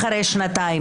עוד שנתיים.